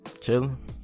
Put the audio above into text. Chilling